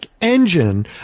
engine